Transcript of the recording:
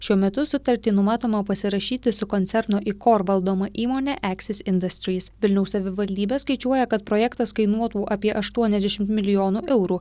šiuo metu sutartį numatoma pasirašyti su koncerno ikor valdoma įmone ekses indastrys vilniaus savivaldybė skaičiuoja kad projektas kainuotų apie aštuoniasdešimt milijonų eurų